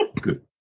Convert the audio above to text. good